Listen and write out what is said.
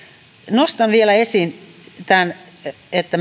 nostan vielä esiin tämän että